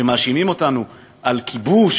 שמאשימים אותנו בכיבוש,